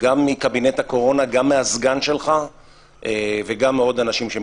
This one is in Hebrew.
גם מקבינט הקורונה, גם מהסגן שלך וגם מעוד אנשים.